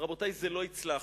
רבותי, זה לא יצלח.